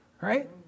Right